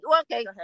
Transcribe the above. okay